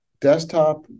desktop